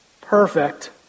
perfect